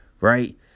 right